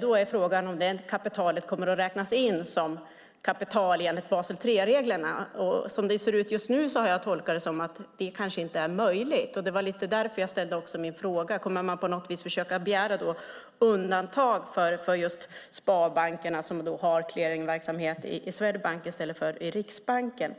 Då är frågan om detta kapital kommer att räknas in som kapital enligt Basel 3-reglerna. Som det ser ut just nu har jag tolkat det som att det kanske inte är möjligt. Det var också lite grann av den anledningen som jag ställde min fråga. Kommer man på något vis att försöka begära undantag för just sparbankerna som har clearingverksamhet i Swedbank i stället för i Riksbanken?